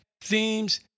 Themes